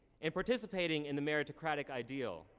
in participating in the meritocratic ideal,